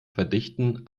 verdichten